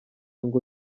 ngo